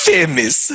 Famous